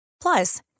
Plus